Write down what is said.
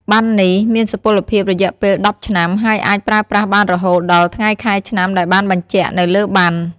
ប័ណ្ណនេះ មានសុពលភាពរយៈពេល ១០ ឆ្នាំ ហើយអាចប្រើប្រាស់បានរហូតដល់ថ្ងៃខែឆ្នាំដែលបានបញ្ជាក់នៅលើប័ណ្ណ។